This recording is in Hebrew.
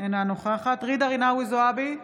אינה נוכחת ג'ידא רינאוי זועבי,